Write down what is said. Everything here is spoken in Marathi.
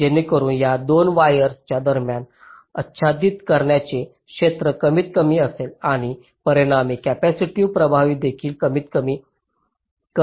जेणेकरून या 2 वायर्स च्या दरम्यान आच्छादित करण्याचे क्षेत्र कमीतकमी असेल आणि परिणामी कॅपेसिटिव्ह प्रभावित देखील कमीतकमी कमी केले जाईल